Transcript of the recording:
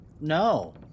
No